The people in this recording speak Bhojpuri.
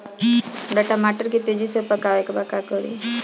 हमरा टमाटर के तेजी से पकावे के बा का करि?